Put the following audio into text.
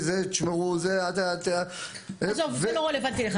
זה לא רלוונטי לך.